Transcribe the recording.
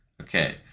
Okay